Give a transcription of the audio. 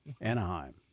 Anaheim